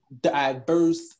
diverse